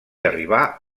arribà